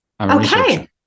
Okay